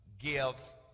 gives